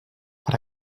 per